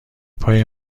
پای